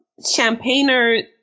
Champagner